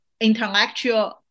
intellectual